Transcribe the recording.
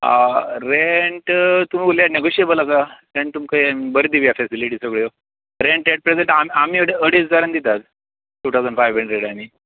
rent तुमी उलया negotiable आसा रेंट तुमकां बरें दिवया फेसिलीटी सगळ्यो रेंट एकट्या आमी अडेज अडेज हजारांक दिता टु थावजंड फायव हड्रेडांनी